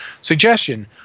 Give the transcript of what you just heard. suggestion